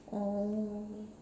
oh